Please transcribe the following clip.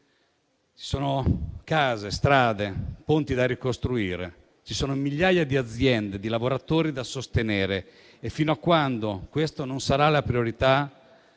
Ci sono case, strade, ponti da ricostruire. Ci sono migliaia di aziende e di lavoratori da sostenere e fino a quando questo non sarà la priorità,